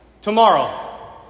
tomorrow